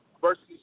versus